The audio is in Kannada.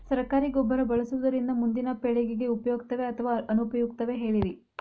ಸರಕಾರಿ ಗೊಬ್ಬರ ಬಳಸುವುದರಿಂದ ಮುಂದಿನ ಪೇಳಿಗೆಗೆ ಉಪಯುಕ್ತವೇ ಅಥವಾ ಅನುಪಯುಕ್ತವೇ ಹೇಳಿರಿ